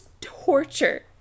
torture